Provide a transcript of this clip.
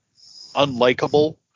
unlikable